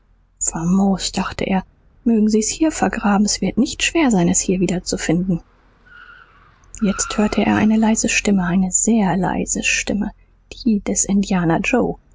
famos dachte er mögen sie's hier vergraben s wird nicht schwer sein es hier wieder zu finden jetzt hörte er eine leise stimme eine sehr leise stimme die des